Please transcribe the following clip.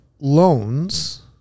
loans